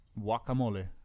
guacamole